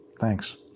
Thanks